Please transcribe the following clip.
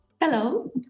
Hello